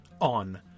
on